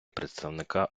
представника